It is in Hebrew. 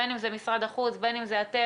בין אם זה משרד החוץ ובין אם זה אתם,